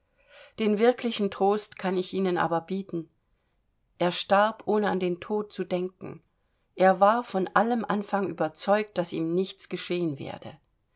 den wirklichen trost kann ich ihnen aber bieten er starb ohne an den tod zu denken er war von allem anfang überzeugt daß ihm nichts geschehen werde